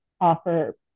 offer